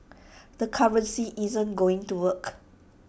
the currency isn't going to work